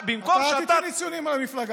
אתה אל תיתן לי ציונים על המפלגה שלי.